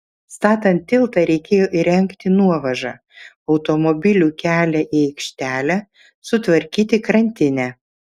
statant tiltą reikėjo įrengti nuovažą automobilių kelią į aikštelę sutvarkyti krantinę